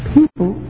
People